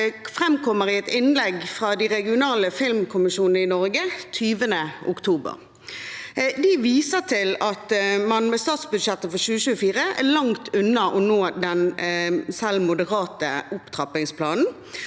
framkommer i et innlegg fra de regionale filmkommisjonene i Norge 20. oktober. De viser til at man med statsbudsjettet for 2024 er langt unna å nå selv den moderate opptrappingsplanen,